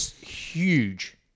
huge